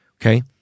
okay